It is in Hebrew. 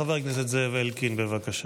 חבר הכנסת זאב אלקין, בבקשה.